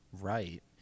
right